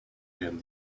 him